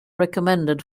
recommended